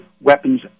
weapons